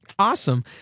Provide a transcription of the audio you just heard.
Awesome